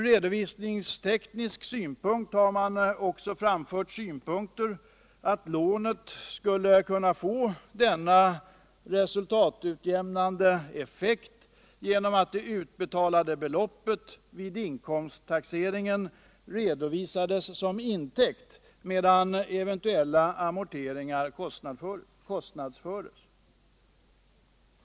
Redovisningstekniskt har man framfört synpunkten att lånen skulle kunna få denna resultatutjämnande effekt genom att utbetalade belopp vid inkomsttaxering redovisas som intäkt medan eventuella amorteringar kostnadsförs.